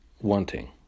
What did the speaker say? wanting